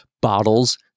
bottles